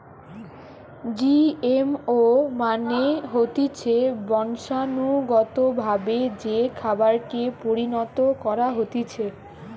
GMO মানে হতিছে বংশানুগতভাবে যে খাবারকে পরিণত করা হতিছে